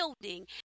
building